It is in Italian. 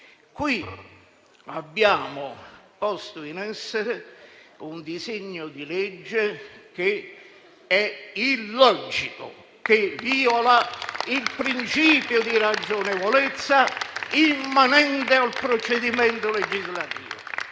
Qui abbiamo posto in essere un disegno di legge che è illogico e viola il principio di ragionevolezza immanente al procedimento legislativo.